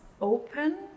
open